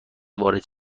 وارد